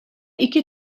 iki